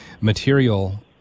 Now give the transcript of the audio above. material